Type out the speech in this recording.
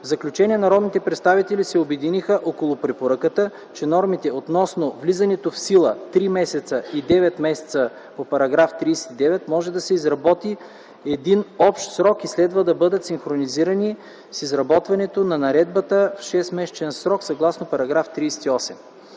В заключение народните представители се обединиха около препоръката, че нормите относно влизането в сила – 3 месеца и 9 месеца по § 39 могат да се изработят в един общ срок и следва да бъдат синхронизирани с изработването на Наредбата в 6-месечен срок съгласно § 38.